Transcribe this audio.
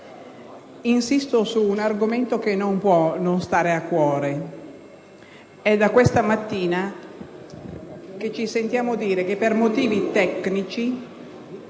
insisto su un argomento che non può non stare a cuore. È da questa mattina che ci sentiamo dire che i nostri